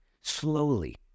slowly